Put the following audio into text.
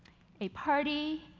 a party,